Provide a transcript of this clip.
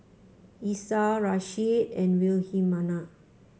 Esau Rasheed and Wilhelmina